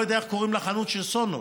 אני לא יודע איך קוראים לחנות של סונול,